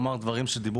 לאישור.